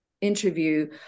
interview